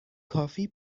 کافی